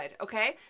Okay